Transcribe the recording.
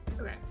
Okay